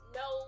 no